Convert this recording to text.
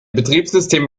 betriebssystem